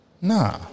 Nah